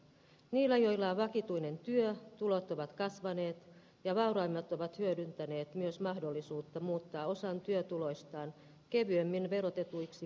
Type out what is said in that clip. niillä joilla on vakituinen työ tulot ovat kasvaneet ja vauraimmat ovat hyödyntäneet myös mahdollisuutta muuttaa osan työtuloistaan kevyemmin verotetuiksi